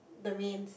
the mains